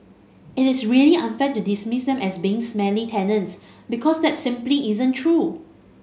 it is really unfair to dismiss them as being smelly tenants because that simply isn't true